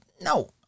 no